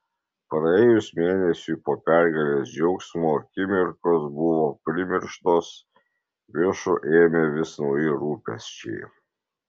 praėjus mėnesiui po pergalės džiaugsmo akimirkos buvo primirštos viršų ėmė vis nauji rūpesčiai